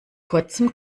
kurzem